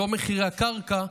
לא מחירי הקרקע,